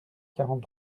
quarante